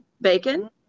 bacon